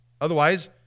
otherwise